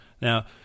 Now